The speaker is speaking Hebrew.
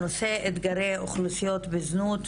ולשוויון מגדרי והנושא אתגרי אוכלוסיות בזנות,